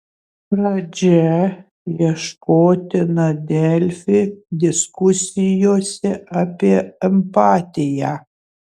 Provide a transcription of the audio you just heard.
pradžia ieškotina delfi diskusijose apie empatiją